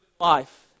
life